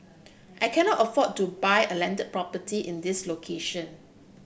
I cannot afford to buy a landed property in this location